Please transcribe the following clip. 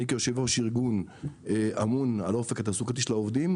אני כיושב-ראש ארגון אמון על האופק התעסוקתי של העובדים,